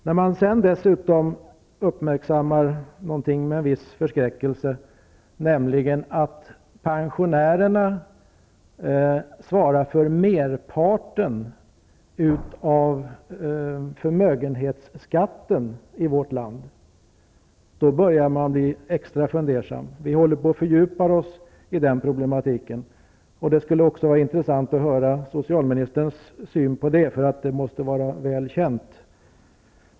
Vi har vidare med en viss förskräckelse uppmärksammat att pensionärerna svarar för merparten av förmögenhetsskatten i vårt land, och vi håller på att fördjupa oss i den problematiken. Det skulle vara intressant att få del av socialministerns syn på den frågan -- förhållandet måste vara väl känt.